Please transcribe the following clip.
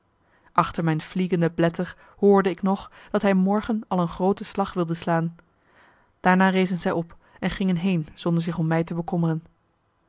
achter mijn fliegende blätter hoorde ik nog dat hij morgen al een groote slag wilde slaan daarna rezen zij op en gingen heen zonder zich om mij te bekommeren